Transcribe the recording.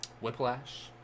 whiplash